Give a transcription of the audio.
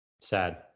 Sad